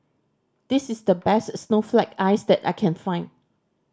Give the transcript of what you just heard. this is the best snowflake ice that I can find